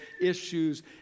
issues